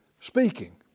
speaking